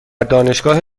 دانشگاه